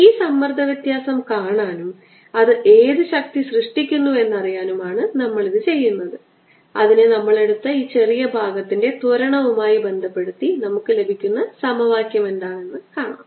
ഈ സമ്മർദ്ദ വ്യത്യാസം കാണാനും അത് ഏത് ശക്തി സൃഷ്ടിക്കുന്നു എന്നറിയാനും ആണ് നമ്മൾ ഇത് ചെയ്യുന്നത് അതിനെ നമ്മൾ എടുത്ത ഈ ചെറിയ ഭാഗത്തിന്റെ ത്വരണവുമായി ബന്ധപ്പെടുത്തി നമുക്ക് ലഭിക്കുന്ന സമവാക്യം എന്താണെന്ന് കാണാം